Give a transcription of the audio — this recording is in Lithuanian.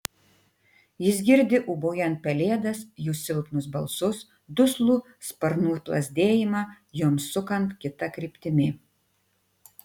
jis girdi ūbaujant pelėdas jų silpnus balsus duslų sparnų plazdėjimą joms sukant kita kryptimi